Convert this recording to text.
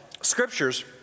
scriptures